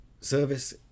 service